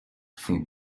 font